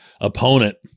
opponent